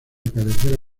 cabecera